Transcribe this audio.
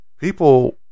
People